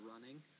running